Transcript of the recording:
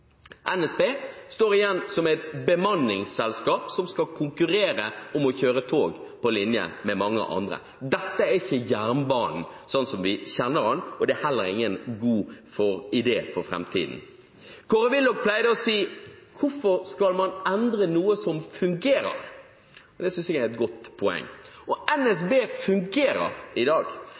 NSB står igjen som et bemanningsselskap som skal konkurrere om å kjøre tog på linje med mange andre. Dette er ikke jernbanen sånn som vi kjenner den, og det er heller ingen god idé for framtiden. Kåre Willoch pleide å si: Hvorfor skal man endre noe som fungerer? Det synes jeg er et godt poeng. Og NSB fungerer i dag.